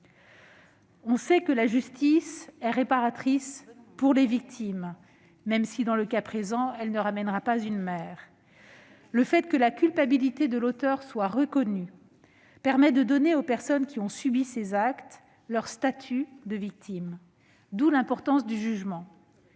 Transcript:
On sait que la justice est réparatrice pour les victimes, même si, dans le cas présent, elle ne ramènera pas une mère. Le fait que la culpabilité de l'auteur soit reconnue permet de conférer aux personnes qui ont subi ses actes le statut de victime ; c'est pour cela que le jugement